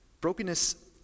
Brokenness